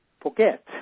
forget